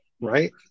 right